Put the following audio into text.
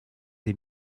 des